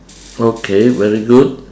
okay very good